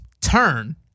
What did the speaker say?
turn